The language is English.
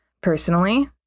personally